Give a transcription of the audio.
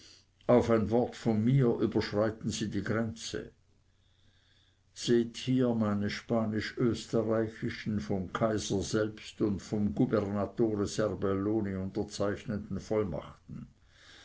auf ein wort von mir überschreiten sie die grenze seht hier meine spanisch österreichischen vom kaiser selbst und vom gubernatore serbelloni unterzeichneten vollmachten